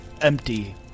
empty